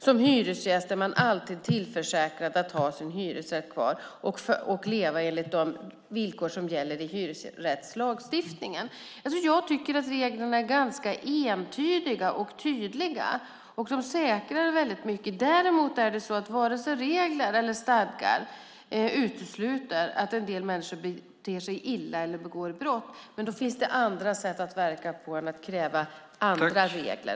Som hyresgäst är man alltid tillförsäkrad att ha sin hyresrätt kvar och leva enligt de villkor som gäller i hyresrättslagstiftningen. Jag tycker att reglerna är ganska entydiga och tydliga. De säkrar väldigt mycket. Däremot är det så att vare sig regler eller stadgar utesluter att en del människor beter sig illa eller begår brott. Då finns det andra sätt att verka på än att kräva andra regler.